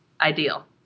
ideal